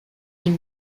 une